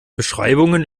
beschreibungen